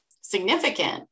significant